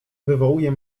wywołuje